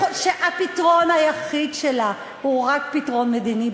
שהפתרון היחיד שלה הוא רק פתרון מדיני,